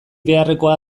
beharrekoa